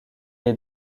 est